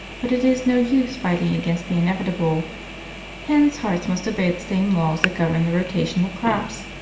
but it is no use fighting against the inevitable hens' hearts must obey the same laws that govern the rotation of crops.